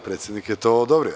Predsednik je to odobrio.